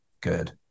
good